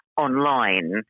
online